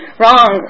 wrong